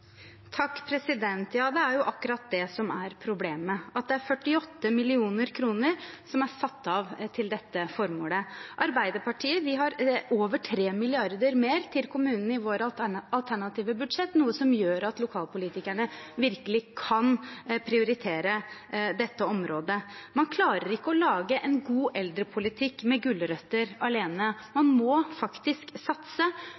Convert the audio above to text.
Det er jo akkurat det som er problemet – at det er 48 mill. kr som er satt av til dette formålet. Arbeiderpartiet har over 3 mrd. kr mer til kommunene i vårt alternative budsjett, noe som gjør at lokalpolitikerne virkelig kan prioritere dette området. Man klarer ikke å lage en god eldrepolitikk med gulrøtter alene. Man må faktisk satse,